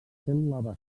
cèl·lula